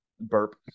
burp